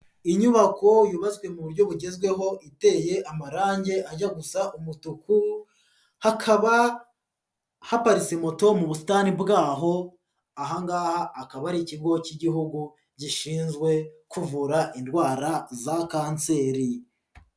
Inyubako yubatswe mu buryo bugezweho, iteye amarange ajya gusa umutuku, hakaba hapariste moto mu butani bwaho, aha ngaha akaba ari Ikigo cy'Igihugu. Gishinzwe Kuvura Indwara za Kanseri.